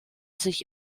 sich